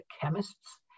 chemists